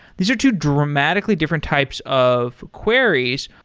these are two dramatically different types of queries.